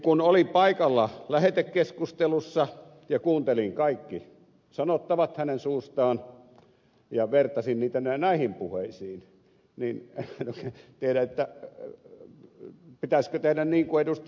kun olin paikalla lähetekeskustelussa ja kuuntelin kaikki sanottavat hänen suustaan ja vertasin niitä näihin puheisiin niin en tiedä pitäisikö tehdä niin kuin ed